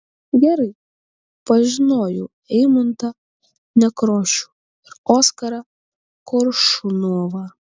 gerai pažinojau eimuntą nekrošių ir oskarą koršunovą